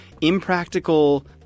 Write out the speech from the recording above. impractical